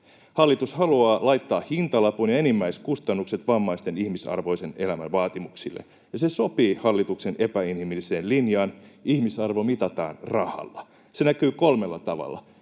Hallitus haluaa laittaa hintalapun ja enimmäiskustannukset vammaisten ihmisarvoisen elämän vaatimuksille, ja se sopii hallituksen epäinhimilliseen linjaan, jossa ihmisarvo mitataan rahalla. Se näkyy kolmella tavalla: